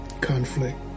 conflict